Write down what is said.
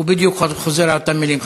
הוא חוזר בדיוק על אותן מילים.